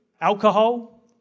alcohol